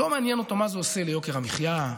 לא מעניין אותו מה זה עושה ליוקר המחיה,